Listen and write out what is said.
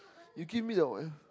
you give me the wire